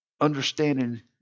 understanding